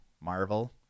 Marvel